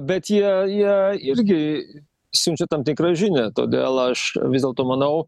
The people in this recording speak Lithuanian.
bet jie jie irgi siunčia tam tikrą žinią todėl aš vis dėlto manau